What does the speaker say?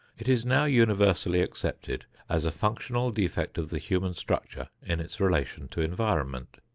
it is now universally accepted as a functional defect of the human structure in its relation to environment.